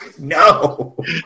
No